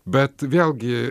bet vėlgi